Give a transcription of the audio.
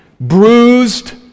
Bruised